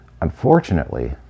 Unfortunately